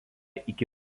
iki